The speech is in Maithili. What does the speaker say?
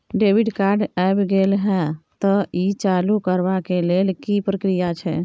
डेबिट कार्ड ऐब गेल हैं त ई चालू करबा के लेल की प्रक्रिया छै?